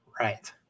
Right